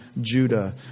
Judah